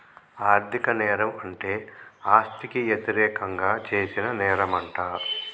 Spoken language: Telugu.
ఆర్ధిక నేరం అంటే ఆస్తికి యతిరేకంగా చేసిన నేరంమంట